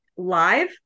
live